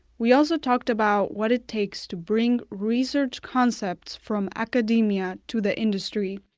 we also talked about what it takes to bring research concepts from academia to the industry.